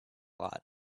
lot